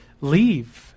leave